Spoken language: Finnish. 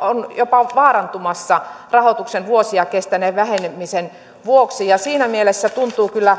on jopa vaarantumassa rahoituksen vuosia kestäneen vähenemisen vuoksi siinä mielessä tuntuu kyllä